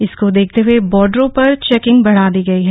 इसको देखते हए बॉर्डरों पर चेकिंग बढ़ा दी गई है